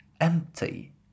empty